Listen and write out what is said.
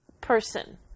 person